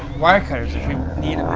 wire cutters if you need